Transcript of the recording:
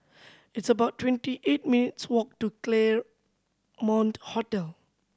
it's about twenty eight minutes' walk to Claremont Hotel